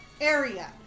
area